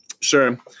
Sure